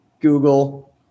Google